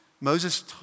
Moses